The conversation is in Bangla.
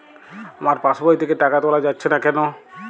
আমার পাসবই থেকে টাকা তোলা যাচ্ছে না কেনো?